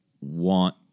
want